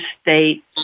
state